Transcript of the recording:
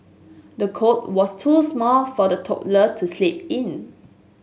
the cot was too small for the toddler to sleep in